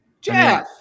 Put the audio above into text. Jeff